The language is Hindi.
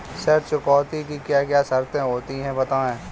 ऋण चुकौती की क्या क्या शर्तें होती हैं बताएँ?